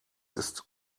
ist